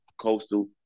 Coastal